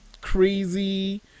crazy